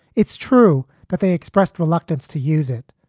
it's true that they expressed reluctance to use it.